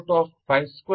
12